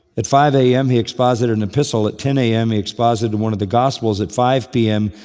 at five a m. he exposited an epistle. at ten a m. he exposited one of the gospels. at five p m.